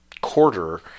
quarter